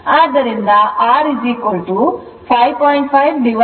ಆದ್ದರಿಂದ r 5